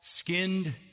skinned